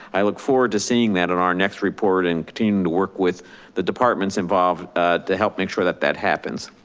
i look forward to seeing that in our next report and continue to work with the departments involved to help make sure that that happens.